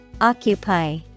occupy